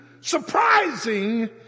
surprising